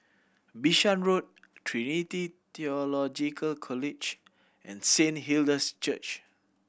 Bishan Road Trinity Theological College and Saint Hilda's Church